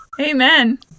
Amen